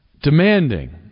Demanding